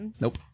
Nope